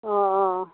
অঁ অঁ